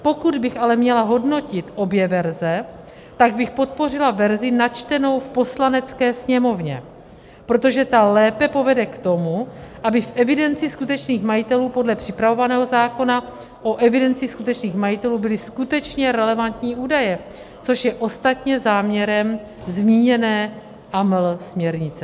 Pokud bych ale měla hodnotit obě verze, pak bych podpořila verzi načtenou v Poslanecké sněmovně, protože ta lépe povede k tomu, aby v evidenci skutečných majitelů podle připravovaného zákona o evidenci skutečných majitelů byly skutečně relevantní údaje, což je ostatně záměrem zmíněné AML směrnice.